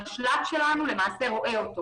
המשל"ט שלנו רואה אותו.